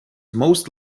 most